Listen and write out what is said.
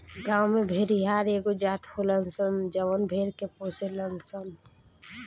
गांव में भेड़िहार एगो जात होलन सन जवन भेड़ के पोसेलन सन